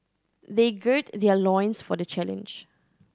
they gird their loins for the challenge